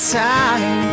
time